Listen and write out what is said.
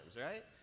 right